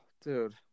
Dude